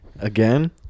again